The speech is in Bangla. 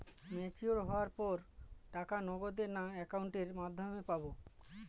ম্যচিওর হওয়ার পর টাকা নগদে না অ্যাকাউন্টের মাধ্যমে পাবো?